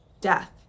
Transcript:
death